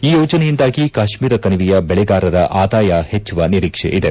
ಈ ಯೋಜನೆಯಿಂದಾಗಿ ಕಾಶ್ಮೀರ ಕಣಿವೆಯ ಬೆಳೆಗಾರರ ಆದಾಯ ಹೆಚ್ಚುವ ನಿರೀಕ್ಷೆಯಿದೆ